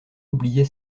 oubliait